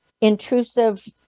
intrusive